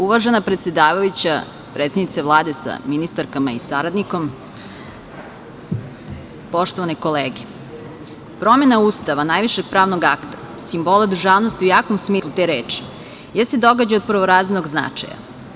Uvažena predsedavajuća, predsednice Vlade sa ministarkama i saradnikom, poštovane kolege, promena Ustava, najvišeg pravnog akta, simbola državnosti u jakom smislu te reči, jeste događaj od prvorazrednog značaja.